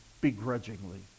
begrudgingly